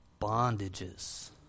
bondages